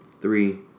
Three